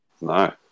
No